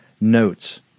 notes